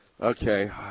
Okay